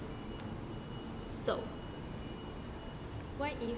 so what if